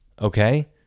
Okay